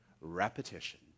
repetition